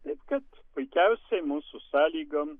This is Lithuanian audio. taip kad puikiausiai mūsų sąlygom